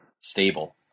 stable